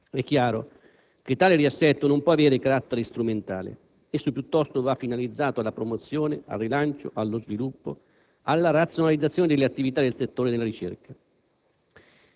È chiaro che tale riassetto non può avere carattere strumentale. Esso piuttosto va finalizzato alla promozione, al rilancio, allo sviluppo, alla razionalizzazione delle attività nel settore della ricerca.